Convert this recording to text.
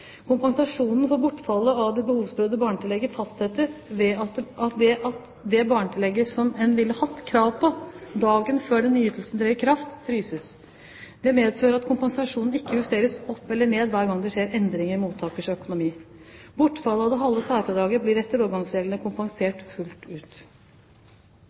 Kompensasjonen for bortfallet av det behovsprøvde barnetillegget fastsettes ved at det barnetillegget som en ville hatt krav på dagen før den nye ytelsen trer i kraft, fryses. Det medfører at kompensasjonen ikke justeres opp eller ned hver gang det skjer endringer i mottakerens økonomi. Bortfallet av det halve særfradraget blir etter overgangsreglene kompensert fullt ut.